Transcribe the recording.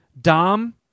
Dom